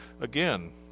again